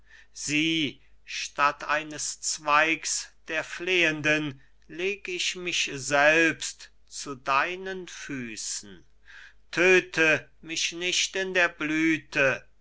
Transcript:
sieh statt eines zweigs der flehenden leg ich mich selbst zu deinen füßen tödte mich nicht in der blüthe